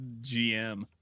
GM